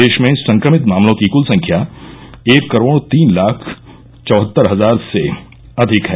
देश में संक्रमित मामलों की कुल संख्या एक करोड़ तीन लाख चौहत्तर हजार से अधिक है